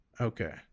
Okay